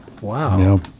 wow